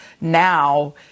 now